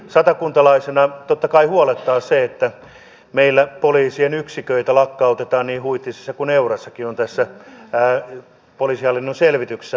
satakuntalaisena totta kai huolettaa se että meillä poliisien yksiköitä lakkautetaan niin huittisissa kuin eurassakin ne ovat tässä poliisihallinnon selvityksessä mukana